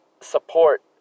support